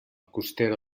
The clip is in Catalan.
costera